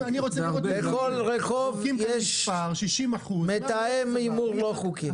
בכל רחוב יש מתאם הימורים לא חוקיים.